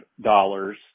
dollars